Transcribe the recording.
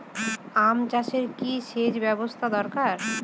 আম চাষে কি সেচ ব্যবস্থা দরকার?